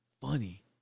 funny